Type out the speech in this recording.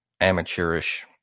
amateurish